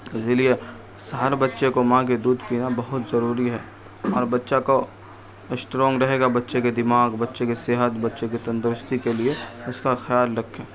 اسی لیے ہر بچے کو ماں کے دودھ پینا بہت ضروری ہے اور بچہ کو اسٹرانگ رہے گا بچے کے دماغ بچے کے صحت بچے کے تندرستی کے لیے اس کا خیال رکھیں